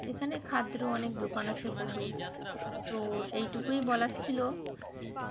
এখানে খাদ্যও অনেক দোকান আছে পশুর তো এইটুকুই বলার ছিল